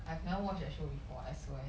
I have never watched that show before I swear